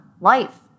life